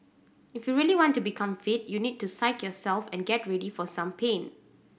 if you really want to become fit you need to psyche yourself and get ready for some pain